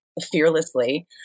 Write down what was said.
fearlessly